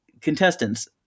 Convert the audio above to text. Contestants